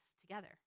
together